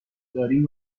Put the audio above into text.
داریم